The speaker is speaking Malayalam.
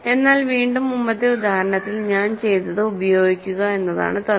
എന്നാൽ വീണ്ടും മുമ്പത്തെ ഉദാഹരണത്തിൽ ഞാൻ ചെയ്തത് ഉപയോഗിക്കുക എന്നതാണ് തന്ത്രം